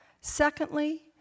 Secondly